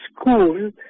school